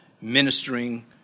ministering